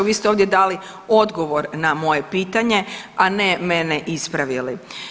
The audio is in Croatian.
Vi ste ovdje dali odgovor na moje pitanje, a ne mene ispravili.